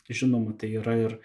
žinoma tai yra ir